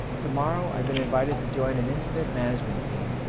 tomorrow, i've been invited to join an incident management team,